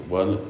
one